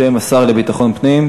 בשם השר לביטחון פנים.